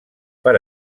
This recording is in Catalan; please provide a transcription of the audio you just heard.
per